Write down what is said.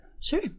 Sure